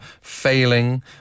failing